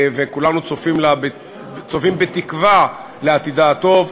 וכולנו צופים בתקווה לעתידה הטוב,